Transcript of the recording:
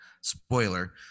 spoiler